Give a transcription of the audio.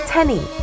Tenny